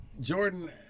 Jordan